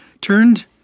turned